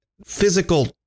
Physical